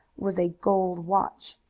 was a gold watch.